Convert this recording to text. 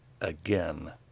again